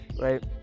right